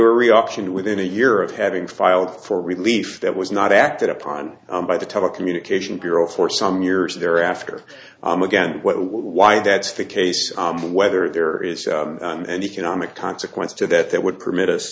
were really option within a year of having filed for relief that was not acted upon by the telecommunication bureau for some years thereafter i'm again why that's the case whether there is an economic consequence to that that would permit us